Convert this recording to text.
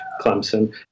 Clemson